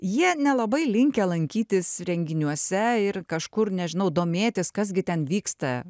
jie nelabai linkę lankytis renginiuose ir kažkur nežinau domėtis kas gi ten vyksta